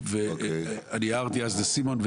והערתי אז לסימון,